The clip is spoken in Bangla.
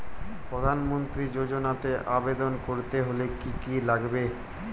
প্রধান মন্ত্রী যোজনাতে আবেদন করতে হলে কি কী লাগবে?